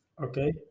Okay